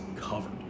covered